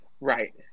Right